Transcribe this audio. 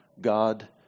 God